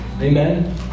Amen